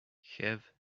have